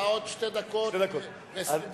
עוד שתי דקות ו-20 שניות.